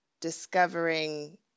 discovering